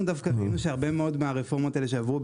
אנחנו דווקא ראינו שהרבה מאוד מהרפורמות האלה שעברו,